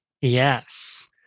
Yes